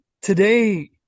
Today